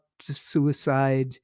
suicide